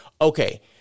Okay